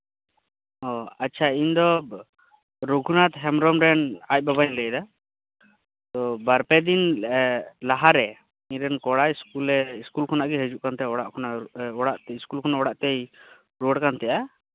ᱚ ᱟᱪᱷᱟ ᱤᱧᱫᱚ ᱨᱚᱜᱷᱩᱱᱟᱛᱷ ᱦᱮᱢᱵᱨᱚᱢ ᱨᱮᱱ ᱟᱡ ᱵᱟᱵᱟᱧ ᱞᱟᱹᱭᱮᱫᱟ ᱛᱚ ᱵᱟᱨᱯᱮ ᱫᱤᱱ ᱞᱟᱦᱟᱨᱮ ᱤᱧᱨᱮᱱ ᱠᱚᱲᱟ ᱤᱥᱠᱩᱞᱮ ᱤᱥᱠᱩᱞ ᱠᱷᱚᱱᱟᱜᱤᱭ ᱦᱤᱡᱩᱜ ᱠᱟᱱᱛᱟᱦᱮᱸᱜ ᱟ ᱚᱲᱟᱜ ᱛᱮᱭ ᱨᱩᱣᱟᱹᱲ ᱠᱟᱱᱛᱟᱦᱮᱸᱜ ᱟ